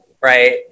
right